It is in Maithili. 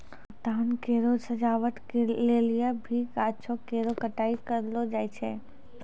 उद्यान केरो सजावट लेलि भी गाछो केरो छटाई कयलो जाय छै